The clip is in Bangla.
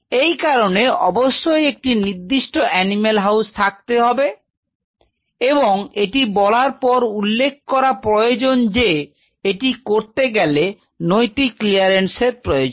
এই কারণে অবশ্যই একটি নির্দিষ্ট এনিম্যাল হাউস থাকতে হবে এবং এটি বলার পর উল্লেখ করা প্রয়োজন যে এটি করতে গেলে নৈতিক ক্লিয়ারেন্স এর প্রয়োজন